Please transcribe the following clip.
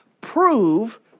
prove